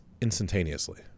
instantaneously